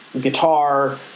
guitar